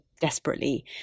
desperately